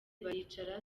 baricara